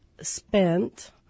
spent